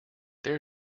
there